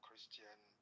Christian